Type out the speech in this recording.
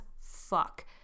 fuck